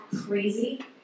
crazy